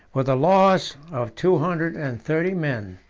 with the loss of two hundred and thirty men,